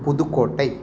Pudukkottai